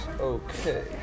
Okay